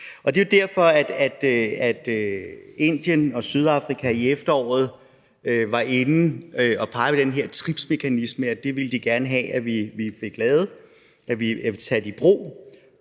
det er jo derfor, at Indien og Sydafrika i efteråret var inde at pege på den her TRIPS-mekanisme, altså at den ville de gerne have at vi fik lavet og taget i brug.